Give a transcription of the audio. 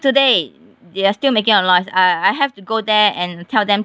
today they are still making a lot noise I I have to go there and tell them